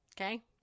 Okay